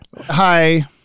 Hi